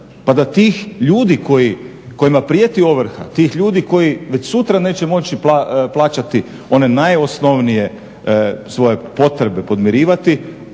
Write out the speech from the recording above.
Pa da tih ljudi kojima prijeti ovrha, tih ljudi koji već sutra neće moći plaćati one najosnovnije svoje potrebe podmirivati